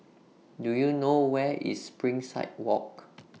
Do YOU know Where IS Springside Walk